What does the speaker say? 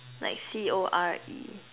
like C_O_R_E